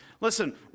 Listen